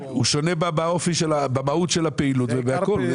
הוא שונה במהות של הפעילות ובכול.